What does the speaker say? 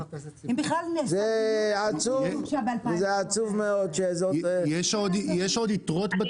זה עצוב מאוד שזאת --- יש עוד יתרות בתכנית הזאת?